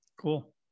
Cool